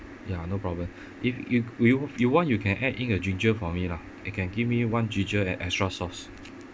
ya no problem if if you you want you can add in a ginger for me lah you can give me one ginger and extra sauce